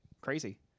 crazy